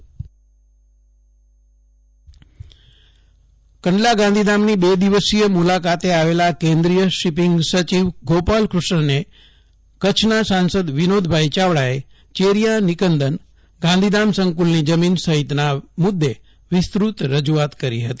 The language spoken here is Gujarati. જયદીપ વૈશ્નવ કેન્દ્રીય શિપિંગ સચિવ કંડાલા ગાંધીધામની બે દિવસીય મુલાકાતે આવેલા કેન્દ્રીય શિપિંગ સચિવ ગોપાલકૃષ્ણને કચ્છના સાંસદ વિનોદભાઈ ચાવડાએ ચેરિયાં નિકંદન ગાંધીધામ સંકુલની જમીન સહિતના મુદ્દે વિસ્તૃત રજૂઆત કરી હતી